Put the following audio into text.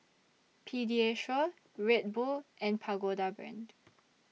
Pediasure Red Bull and Pagoda Brand